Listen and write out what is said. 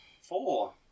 Four